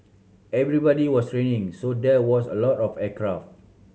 everybody was training so there was a lot of aircraft